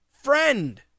friend